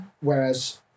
whereas